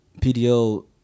PDL